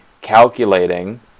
calculating